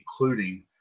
including